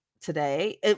today